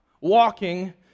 walking